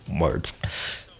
Words